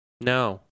No